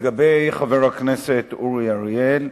לגבי חבר הכנסת אורי אריאל,